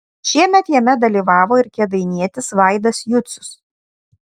šiemet jame dalyvavo ir kėdainietis vaidas jucius